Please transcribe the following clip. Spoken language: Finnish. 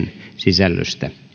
sisällöstä